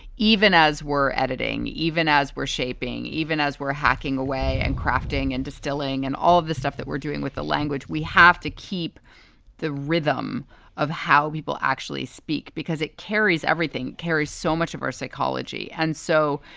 even as were editing, even as we're shaping, even as we're hacking away and crafting and distilling and all of the stuff that we're doing with the language, we have to keep the rhythm of how people actually speak because it carries everything carries so much of our psychology. and so,